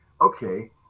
okay